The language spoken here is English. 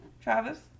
Travis